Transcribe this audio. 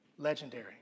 Legendary